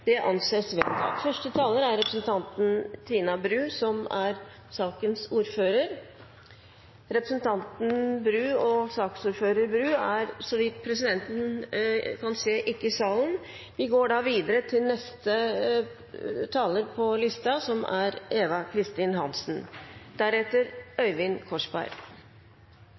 Det anses vedtatt. Første taler er representanten Tina Bru, som er sakens ordfører. Representanten er, så vidt presidenten kan se, ikke i salen. Vi går da videre til den neste på talerlisten, som er representanten Eva Kristin Hansen.